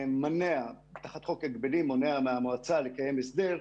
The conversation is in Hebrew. תחת חוק ההגבלים, מונע מהמועצה לקיים הסדר,